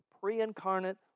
pre-incarnate